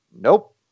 nope